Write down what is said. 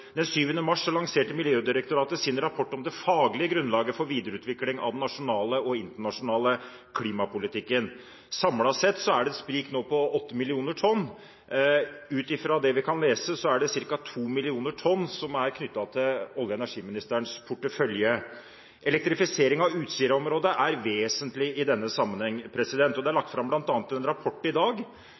lanserte Miljødirektoratet sin rapport om det faglige grunnlaget for videreutvikling av den nasjonale og internasjonale klimapolitikken. Samlet sett er det nå et sprik på 8 millioner tonn. Ut fra det vi kan lese, er det ca. 2 millioner tonn som er knyttet til olje- og energiministerens portefølje. Elektrifisering av Utsira-området er vesentlig i denne sammenheng. Det er bl.a. lagt fram en rapport i dag